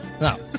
No